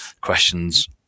Questions